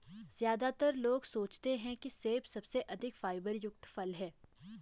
ज्यादातर लोग सोचते हैं कि सेब सबसे अधिक फाइबर युक्त फल है